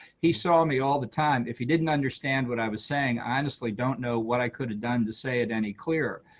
he saw me all time. if he didn't understand what i was saying, i honestly don't know what i could have done to say it any clearer.